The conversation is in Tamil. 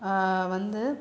வந்து